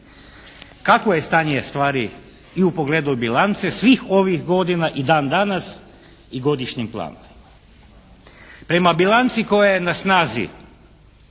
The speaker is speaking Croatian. kakvo je stanje stvari i u pogledu bilance svih ovih godina i dan danas i godišnjim planovima. Prema bilanci koja je na snazi